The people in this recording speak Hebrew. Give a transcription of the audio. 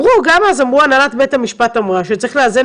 גם אז אמרו הנהלת בתי המשפט שצריך לאזן